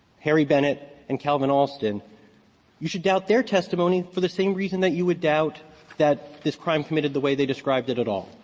harry bennett, and calvin alston you should doubt their testimony for the same reason that you would doubt that this crime committed the way they described it at all,